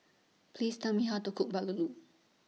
Please Tell Me How to Cook Bahulu